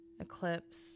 eclipse